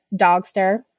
Dogster